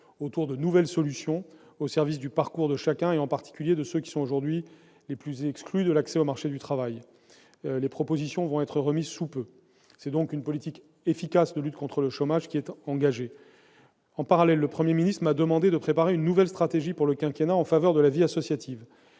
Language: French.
autour de nouvelles solutions, au service du parcours de chacun et en particulier de ceux qui sont aujourd'hui les plus largement exclus de l'accès au marché du travail. Les propositions vont lui être remises sous peu. C'est donc une politique efficace de lutte contre le chômage qui est engagée. En parallèle, le Premier ministre m'a demandé de préparer une nouvelle stratégie pour le quinquennat en faveur de la vie associative.